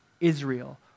Israel